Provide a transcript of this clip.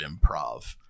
improv